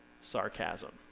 sarcasm